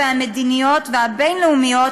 המדיניות והבין-לאומיות,